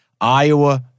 Iowa